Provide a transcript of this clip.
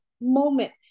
moment